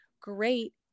great